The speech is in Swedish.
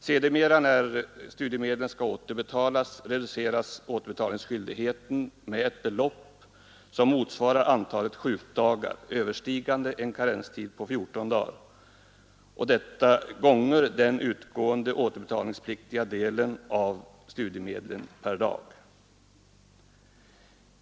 Sedermera, när studiemedlen skall återbetalas, reduceras återbetalningsskyldigheten med ett belopp som motsvarar antalet sjukdagar överstigande en karenstid på 14 dagar, och detta gånger den utgående återbetalningspliktiga delen av studiemedlen per dag.